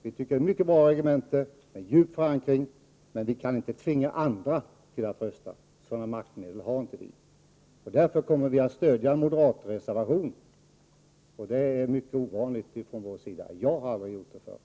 Det är ett mycket bra regemente, med djup förankring i bygden. Men vi kan inte tvinga andra till att rösta med oss. Sådana maktmedel har inte vi. Därför kommer vi att stödja moderatreservationen, och det är mycket ovanligt från vår sida. Jag har aldrig gjort det förr.